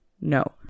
no